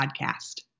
podcast